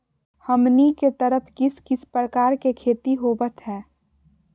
हमनी के तरफ किस किस प्रकार के खेती होवत है?